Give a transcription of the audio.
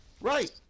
Right